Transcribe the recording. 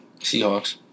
Seahawks